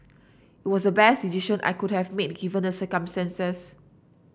it was the best decision I could have made given the circumstances